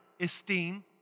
esteem